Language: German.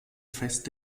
fest